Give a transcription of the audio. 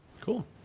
Cool